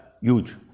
huge